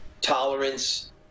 tolerance